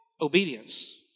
obedience